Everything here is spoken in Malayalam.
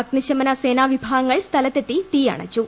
അഗ്നി ശ്മനസേനാ വിഭാഗങ്ങൾ സ്ഥലത്തെത്തി തീയണച്ചു